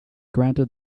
granted